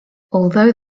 although